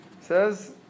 says